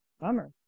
Bummer